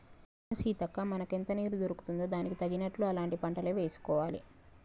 అవును సీతక్క మనకెంత నీరు దొరుకుతుందో దానికి తగినట్లు అలాంటి పంటలే వేసుకోవాలి